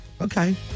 Okay